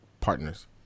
partners